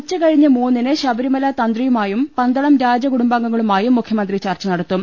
ഉച്ചകഴിഞ്ഞ് മൂന്നിന് ശബരിമല തന്ത്രിയുമായും പന്തളം രാജ കുടുംബാംഗങ്ങളുമായും മുഖ്യമന്ത്രി ചർച്ച നടത്തും